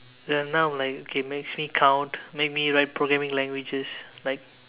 ya now I'm like okay makes me count make me write programming languages like